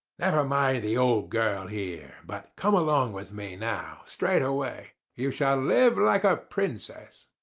never mind the old girl here, but come along with me now straight away. you shall live like a princess.